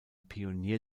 pionier